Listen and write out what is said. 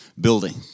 building